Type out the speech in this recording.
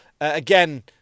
Again